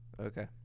Okay